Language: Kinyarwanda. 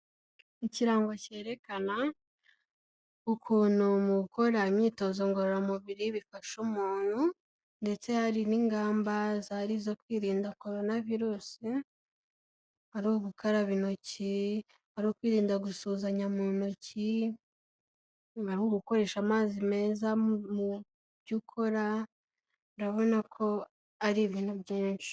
Ikirango cyerekana ukuntu mu gukora imyitozo ngororamubiri bifasha umuntu, ndetse hari n'ingamba zari zo kwirinda corona virus ari ugukaraba intoki, ari ukwirinda gusuhuzanya mu ntoki, ari gukoresha amazi meza mu byo ukora, urabona ko ari ibintu byinshi.